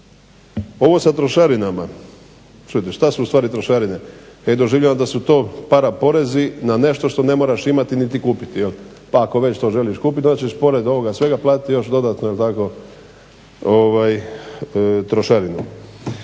Ovo sa trošarinama, čujte što su ustvari trošarine, ja ih doživljavam da su to paraporezi na nešto što ne moraš imati niti kupiti jel' pa ako već to želiš kupiti onda ćeš pored ovoga svega platiti još dodatno jel' tako